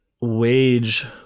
wage